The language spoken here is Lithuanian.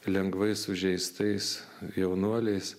lengvai sužeistais jaunuoliais